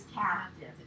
captive